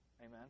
amen